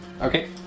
Okay